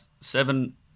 seven